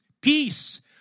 Peace